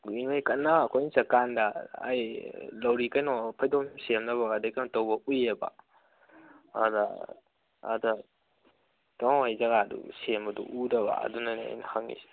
ꯀꯟꯅ ꯑꯩꯈꯣꯏꯅ ꯆꯠ ꯀꯥꯟꯗ ꯑꯩ ꯂꯧꯔꯤ ꯀꯩꯅꯣ ꯐꯩꯗꯣꯝ ꯁꯦꯝꯅꯕ ꯑꯗꯩ ꯀꯩꯅꯣ ꯇꯧꯕ ꯎꯏꯑꯕ ꯑꯗ ꯑꯗ ꯇꯥꯃꯣ ꯍꯣꯏ ꯖꯒꯥꯗꯨ ꯁꯦꯝꯕꯗꯨ ꯎꯗꯕ ꯑꯗꯨꯅꯅꯤ ꯑꯩꯅ ꯍꯪꯉꯤꯁꯦ